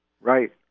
right